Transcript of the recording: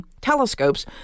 telescopes